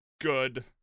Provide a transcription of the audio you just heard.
good